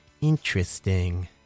Interesting